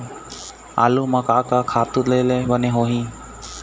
आलू म का का खातू दे ले बने होही?